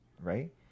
right